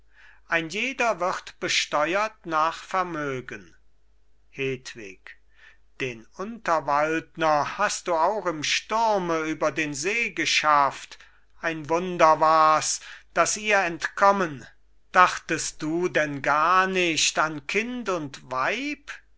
ein jeder wird besteuert nach vermögen hedwig den unterwaldner hast du auch im sturme über den see geschafft ein wunder war's dass ihr entkommen dachtest du denn gar nicht an kind und weib